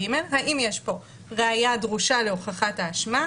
(ג) האם יש פה ראיה הדרושה להוכחת האשמה,